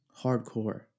hardcore